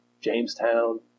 Jamestown